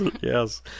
yes